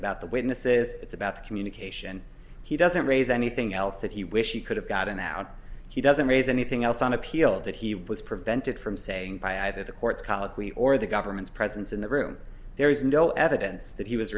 about the witnesses it's about communication he doesn't raise anything else that he wished he could have gotten out he doesn't raise anything else on appeal that he was prevented from saying by either the courts colloquy or the government's presence in the room there is no evidence that he was